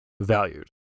valued